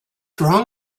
wrong